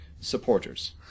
supporters